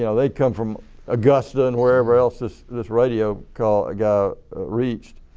yeah they come from augusta and wherever else this this radio call guy reached.